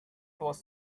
was